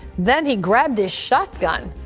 then he grabbed his shotgun.